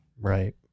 Right